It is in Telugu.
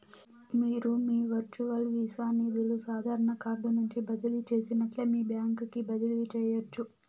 మీరు మీ వర్చువల్ వీసా నిదులు సాదారన కార్డు నుంచి బదిలీ చేసినట్లే మీ బాంక్ కి బదిలీ చేయచ్చు